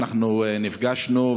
אנחנו נפגשנו,